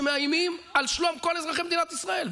שמאיימים על שלום כל אזרחי מדינת ישראל,